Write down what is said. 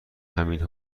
همین